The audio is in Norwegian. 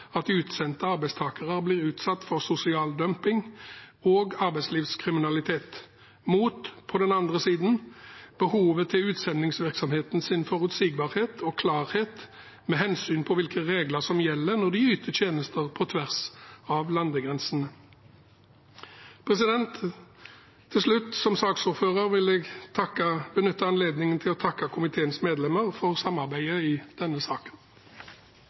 at utsendte arbeidstakere blir utsatt for sosial dumping og arbeidslivkriminalitet, mot – på den andre siden – behovet til utsendingsvirksomhetens forutsigbarhet og klarhet med hensyn til hvilke regler som gjelder når de yter tjenester på tvers av landegrensene. Som saksordfører vil jeg til slutt benytte anledningen til å takke komiteens medlemmer for samarbeidet i denne saken.